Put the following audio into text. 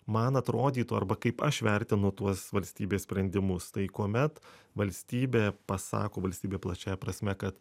man atrodytų arba kaip aš vertinu tuos valstybės sprendimus tai kuomet valstybė pasako valstybė plačiąja prasme kad